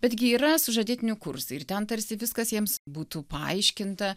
bet gi yra sužadėtinių kursai ir ten tarsi viskas jiems būtų paaiškinta